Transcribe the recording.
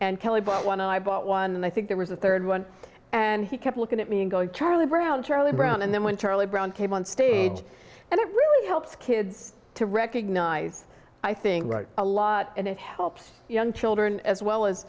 and kelly bought one and i bought one and i think there was a third one and he kept looking at me and going to charlie brown charlie brown and then when charlie brown came on stage and it really helps kids to recognise i think a lot and it helps young children as well as